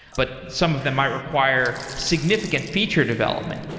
but some of them might require significant feature development.